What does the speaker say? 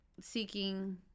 seeking